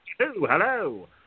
Hello